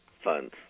funds